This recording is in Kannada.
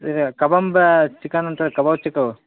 ಇದ ಕಬಂಬಾ ಚಿಕನ್ ಅಂತ ಕಬಾಬ್ ಸಿಕ್ತವಾ